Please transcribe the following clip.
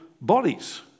bodies